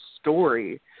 story